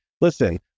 listen